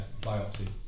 Biopsy